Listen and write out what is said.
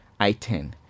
i10